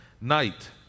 night